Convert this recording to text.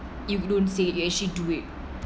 you don't say you actually do it